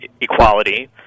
equality